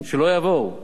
שלא יבואו.